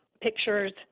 pictures